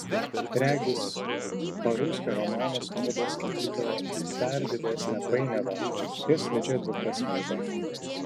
regis parulskio romanas nuveda skaitytoją į dar didesnę painiavą ir slidžią dviprasmybę